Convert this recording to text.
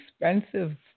expensive